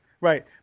Right